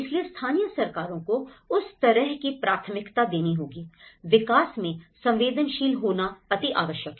इसलिए स्थानीय सरकारों को उस तरह की प्राथमिकता देनी होगी विकास में संवेदनशील होना अति आवश्यक है